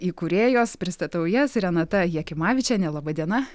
įkūrėjos pristatau jas renata jakimavičienė laba diena